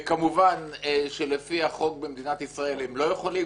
כמובן שלפי החוק במדינת ישראל הם לא יכולים,